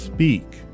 Speak